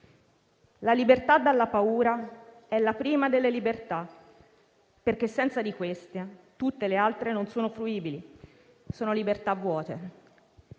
La libertà dalla paura è la prima delle libertà, perché, senza questa, tutte le altre non sono fruibili, sono libertà vuote.